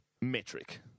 metric